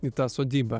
į tą sodybą